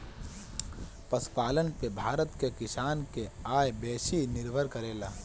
पशुपालन पे भारत के किसान के आय बेसी निर्भर करेला